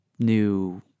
new